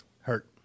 Hurt